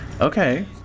Okay